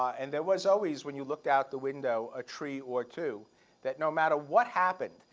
and there was always, when you looked out the window, a tree or two that no matter what happened,